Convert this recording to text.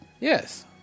Yes